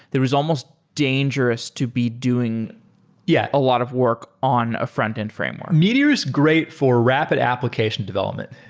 there is almost dangerous to be doing yeah a lot of work on a frontend framework. meteor is great for rapid application development,